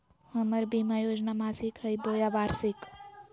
हमर बीमा योजना मासिक हई बोया वार्षिक?